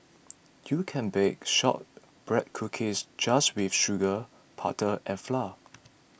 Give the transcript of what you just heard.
you can bake Shortbread Cookies just with sugar butter and flour